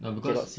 no cause